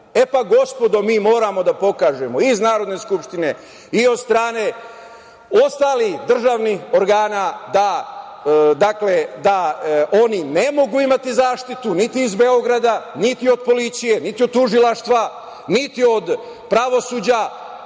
pa gospodo mi moramo da pokažemo, iz Narodne Skupštine i od strane ostalih državnih organa da oni ne mogu imati zaštitu, niti iz Beograda, niti od policije, niti od tužilaštva, niti od pravosuđa